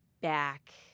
back